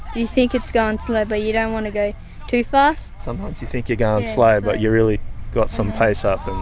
you think it's going slow but you don't wanna go too fast. sometimes you think you're going slow but you've really got some pace up.